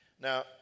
Now